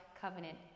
covenant